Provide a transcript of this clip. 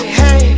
hey